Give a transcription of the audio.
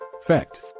Fact